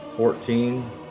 Fourteen